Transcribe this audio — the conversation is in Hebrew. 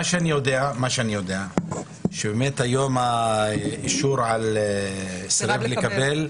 מה שאני יודע זה שבאמת היום אישור על "סירב לקבל",